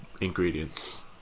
ingredients